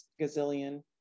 gazillion